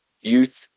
youth